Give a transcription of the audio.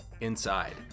inside